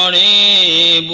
um a